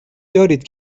دارید